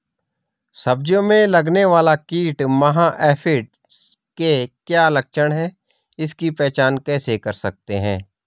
सब्जियों में लगने वाला कीट माह एफिड के क्या लक्षण हैं इसकी पहचान कैसे कर सकते हैं?